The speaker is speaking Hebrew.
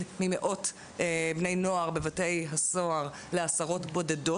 ממאות בני נוער בבתי הסוהר לעשרות בודדות.